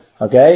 okay